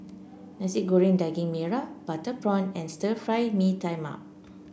Nasi Goreng Daging Merah Butter Prawn and Stir Fry Mee Tai Mak